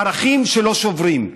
ערכים שלא שוברים.